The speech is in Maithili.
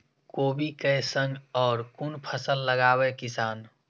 कोबी कै संग और कुन फसल लगावे किसान?